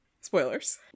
Spoilers